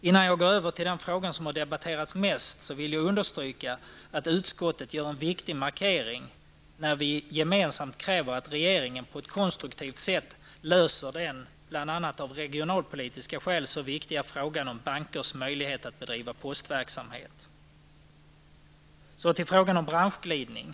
Innan jag går över till den fråga som har debatterats mest vill jag understryka att utskottet gör en viktig markering när vi gemensamt kräver att regeringen på ett konstruktivt sätt löser den bl.a. av regionalpolitiska skäl så viktiga frågan om bankers möjlighet att bedriva postverksamhet. Jag går nu över till frågan om branschglidning.